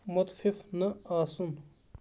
مُتفِف نہٕ آسُن